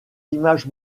images